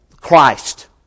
Christ